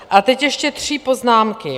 A teď ještě tři poznámky.